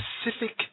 specific